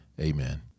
amen